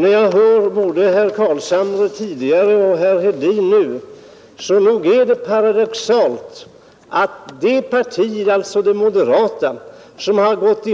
När jag hört herr Carlshamre tidigare och herr Hedin nu så tycker jag det är paradoxalt att det parti, alltså det moderata, som har gått